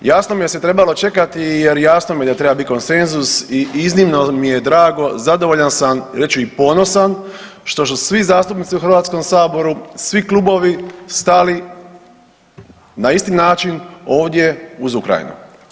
Jasno mi je da se trebalo čekati jer jasno mi je da treba biti konsenzus i iznimno mi je drago, zadovoljan sam reći ću i ponosan što su svi zastupnici u Hrvatskom saboru, svi klubovi stali na isti način ovdje uz Ukrajinu.